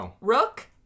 Rook